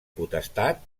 potestat